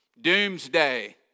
Doomsday